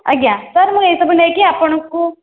ଆଜ୍ଞା ସାର୍ ମୁଁ ଏହିସବୁ ନେଇକି ଆପଣଙ୍କୁ